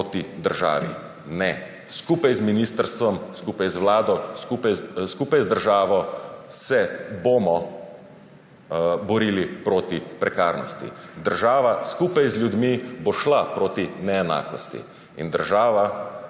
proti državi. Ne, skupaj z ministrstvom, skupaj z Vlado, skupaj z državo se bomo borili proti prekarnosti. Država skupaj z ljudmi bo šla proti neenakosti in država